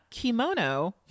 kimono